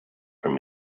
from